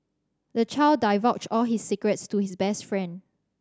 the child divulged all his secrets to his best friend